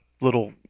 little